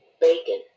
Bacon